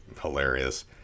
hilarious